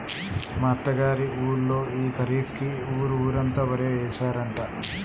మా అత్త గారి ఊళ్ళో యీ ఖరీఫ్ కి ఊరు ఊరంతా వరే యేశారంట